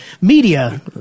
media